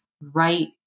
right